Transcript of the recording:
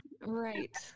Right